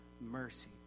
mercy